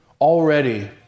Already